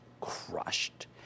crushed